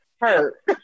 hurt